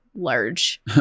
large